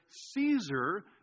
Caesar